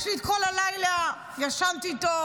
יש לי את כל הלילה, ישנתי טוב.